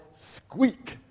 squeak